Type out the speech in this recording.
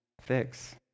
fix